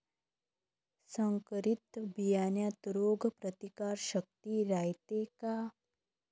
संकरित बियान्यात रोग प्रतिकारशक्ती रायते का?